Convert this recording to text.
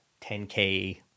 $10K